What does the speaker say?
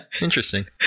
Interesting